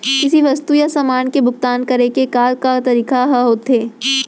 किसी वस्तु या समान के भुगतान करे के का का तरीका ह होथे?